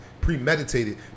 premeditated